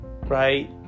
Right